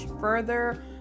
further